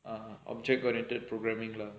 object oriented programming lah